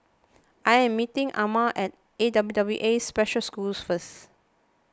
I am meeting Almer at A W W A Special School first